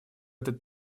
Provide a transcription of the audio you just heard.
этот